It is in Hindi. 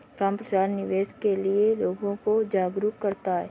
रामप्रसाद निवेश के लिए लोगों को जागरूक करता है